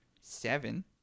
Seven